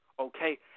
Okay